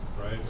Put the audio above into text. right